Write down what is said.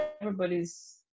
everybody's